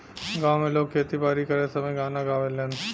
गांव में लोग खेती बारी करत समय गाना गावेलन